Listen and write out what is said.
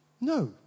No